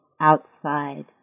outside